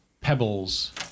pebbles